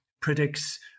predicts